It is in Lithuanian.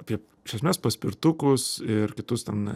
apie iš esmės paspirtukus ir kitus ten